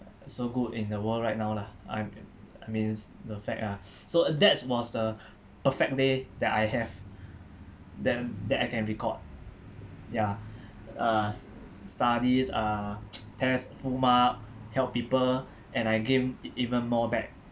so good in the world right now lah I I means the fact ah so that was the perfect day that I have then that I can recalled ya uh studies uh test full mark help people and I gain even more back